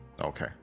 Okay